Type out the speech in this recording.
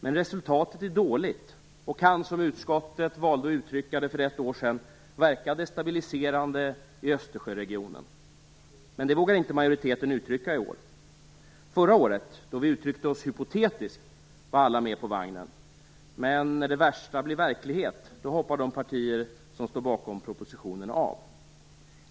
Men resultatet är redan nu dåligt och kan, som utskottet valde att uttrycka det för ett år sedan, verka destabiliserande i Östersjöregionen. Det vågar inte majoriteten uttrycka i år. Förra året, då vi uttryckte oss hypotetiskt, var alla med på vagnen, men när det värsta blir verklighet hoppar de partier som står bakom propositionen av.